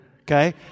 Okay